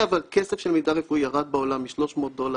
ההיכרות ביניכם זה מ-8200?